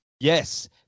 Yes